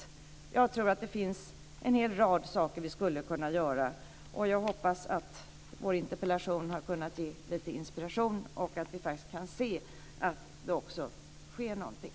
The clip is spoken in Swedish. Jag tror att det finns en hel rad saker som vi skulle kunna göra. Och jag hoppas att vår interpellation har kunnat ge lite inspiration och att vi faktiskt kan se att det också sker någonting.